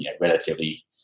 relatively